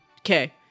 okay